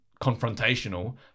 confrontational